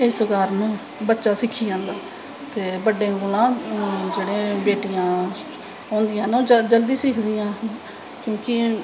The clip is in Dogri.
इस कारन बच्चा सिक्खी जंदा ते बड्डें कोला दा जेह्ड़े बेटियां ओह् जल्दी सिखदियां क्योंकि